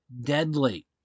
deadly